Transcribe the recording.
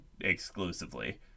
exclusively